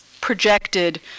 projected